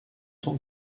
tant